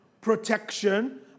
protection